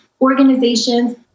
organizations